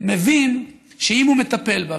מבין שאם הוא מטפל בה,